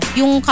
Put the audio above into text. yung